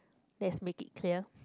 let's make it clear